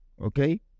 okay